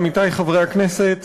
עמיתי חברי הכנסת,